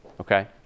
Okay